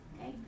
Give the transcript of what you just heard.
Okay